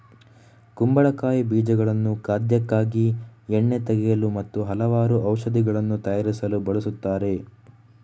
ಕುಂಬಳಕಾಯಿ ಬೀಜಗಳನ್ನು ಖಾದ್ಯಕ್ಕಾಗಿ, ಎಣ್ಣೆ ತೆಗೆಯಲು ಹಾಗೂ ಹಲವಾರು ಔಷಧಿಗಳನ್ನು ತಯಾರಿಸಲು ಬಳಸುತ್ತಾರೆ